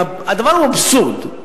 והדבר הוא אבסורד.